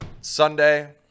Sunday –